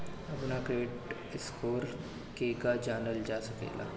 अपना credit score केगा जानल जा सकेला?